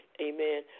Amen